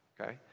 Okay